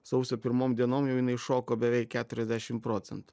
sausio pirmom dienom jau jinai šoko beveik keturiasdešim procentų